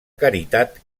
caritat